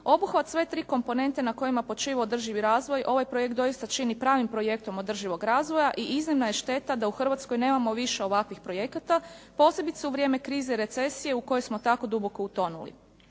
Obuhvat sve tri komponente na kojima počiva održivi razvoj, ovaj projekt doista čini pravim projektom održivog razvoja i iznimna je šteta da u Hrvatskoj nemamo više ovakvih projekata, posebice u vrijeme krize i recesije u kojoj smo tako duboko utonuli.